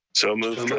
so moved,